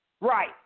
Right